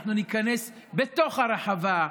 אנחנו ניכנס בתוך הרחבה,